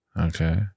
Okay